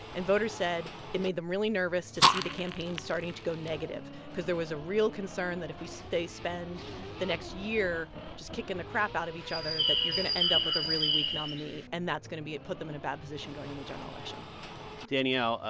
and voters said it made them really nervous to see the campaign starting to go negative because there was a real concern that if we they spend the next year just kicking the crap out of each other, that you're going to end up with a really weak nominee. and that's going to be a put them in a bad position going in the general election danielle,